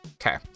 Okay